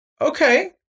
Okay